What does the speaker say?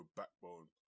backbone